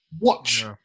Watch